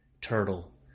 turtle